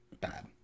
Bad